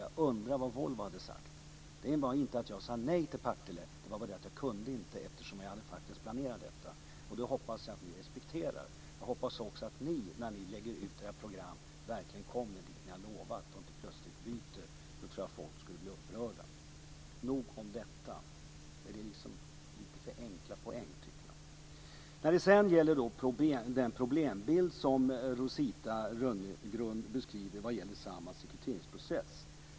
Jag undrar vad Volvo hade sagt. Jag sade inte nej till Partille. Det var bara det att jag inte kunde, eftersom jag faktiskt hade planerat det andra. Det hoppas jag att ni respekterar. Jag hoppas också att ni, när ni lägger ut era program, verkligen kommer till de platser som ni har lovat och att ni inte plötsligt byter. Då tror jag att folk skulle bli upprörda. Nog om detta, men det är liksom lite för enkla poäng, tycker jag. Sedan gäller det den problembild som Rosita Runegrund beskriver i fråga om Samhalls rekryteringsprocess.